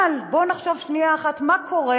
אבל בואו נחשוב שנייה אחת מה קורה